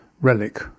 relic